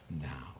now